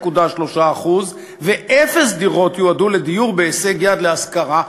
0.3%; ואפס דירות יועדו לדיור בהישג יד להשכרה,